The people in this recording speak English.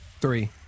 Three